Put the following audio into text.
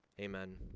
Amen